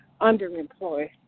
underemployed